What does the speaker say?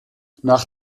nach